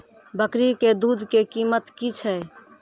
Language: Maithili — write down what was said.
बकरी के दूध के कीमत की छै?